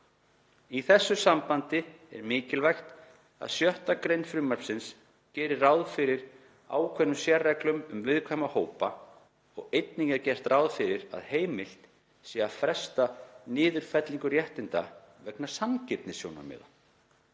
Í þessu sambandi er mikilvægt að 6. gr. frumvarpsins gerir ráð fyrir ákveðnum sérreglum um viðkvæma hópa og einnig er gert ráð fyrir að heimilt sé að fresta niðurfellingu réttinda vegna „sanngirnissjónarmiða“.